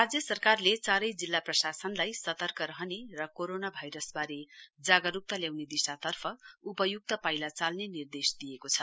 राज्य सरकारले चारै जिल्ला प्रशासनलाई सतर्क रहने र कोरोना भाइरसवारे जागरुकता ल्याउने दिशातर्फ उपयुक्त पाइला चाल्ने निर्देश दिएको छ